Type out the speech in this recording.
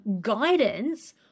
guidance